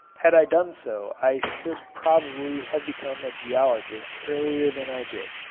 had i done so i should probably have become a geologist earlier than i did.